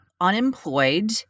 unemployed